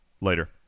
later